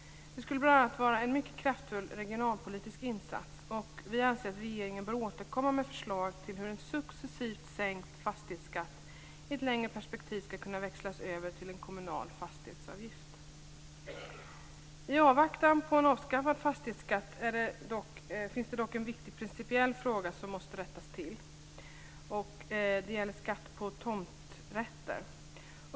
Det skulle bl.a. vara en mycket kraftfull regionalpolitisk insats, och vi anser att regeringen bör återkomma med förslag till hur en successivt sänkt fastighetsskatt i ett längre perspektiv skall kunna växlas över till en kommunal fastighetsavgift. I avvaktan på en avskaffad fastighetsskatt finns det dock en viktig principiell fråga som måste rättas till. Det gäller skatt på tomträtter.